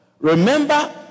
Remember